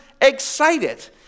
excited